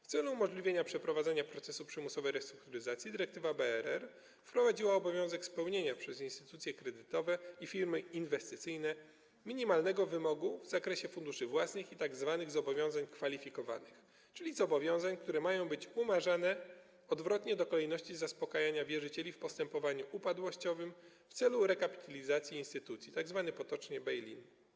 W celu umożliwienia przeprowadzenia procesu przymusowej restrukturyzacji dyrektywa BRR wprowadziła obowiązek spełniania przez instytucje kredytowe i firmy inwestycyjne minimalnego wymogu w zakresie funduszy własnych i tzw. zobowiązań kwalifikowanych, czyli zobowiązań, które mają być umarzane odwrotnie do kolejności zaspokajania wierzycieli w postępowaniu upadłościowym w celu rekapitalizacji instytucji, potocznie tzw. bail-in.